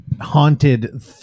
haunted